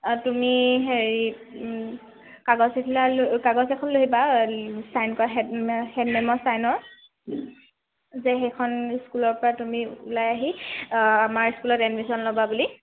তুমি হেৰি কাগজ এখিলা কাগজ এখন লৈ আহিবা চাইন কৰা হেড হেডমেমৰ চাইনৰ যে সেইখন স্কুলৰ পৰা তুমি ওলাই আহি আমাৰ স্কুলত এডমিশ্য়ন ল'বা বুলি